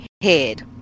head